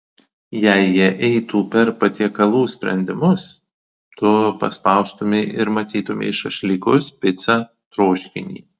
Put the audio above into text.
jei jie eitų per patiekalų sprendimus tu paspaustumei ir matytumei šašlykus picą troškinį